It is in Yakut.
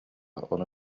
ону